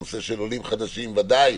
הנושא של עולים חדשים בוודאי.